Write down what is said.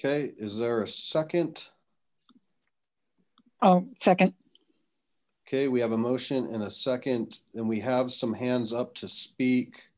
okay is there a second oh second okay we have a motion in a second then we have some hands up to speak